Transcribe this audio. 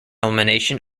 elimination